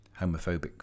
homophobic